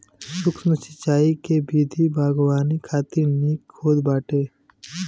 सूक्ष्म सिंचाई के विधि बागवानी खातिर निक होत बाटे